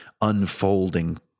unfolding